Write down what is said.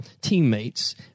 teammates